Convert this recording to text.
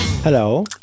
Hello